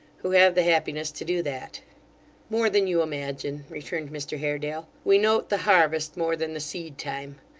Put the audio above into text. who have the happiness to do that more than you imagine returned mr haredale. we note the harvest more than the seed-time.